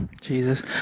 Jesus